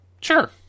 Sure